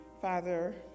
Father